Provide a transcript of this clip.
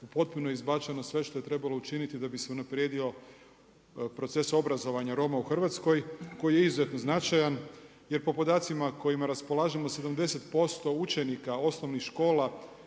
potpuno izbačeno sve što je trebalo učiniti da bi se unaprijedio proces obrazovanja Roma u Hrvatskoj, koji je izuzetno značajan, jer po podacima kojima raspolažemo, 70% učenika osnovnih škola,